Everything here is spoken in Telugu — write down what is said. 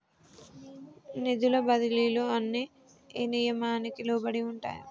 నిధుల బదిలీలు అన్ని ఏ నియామకానికి లోబడి ఉంటాయి?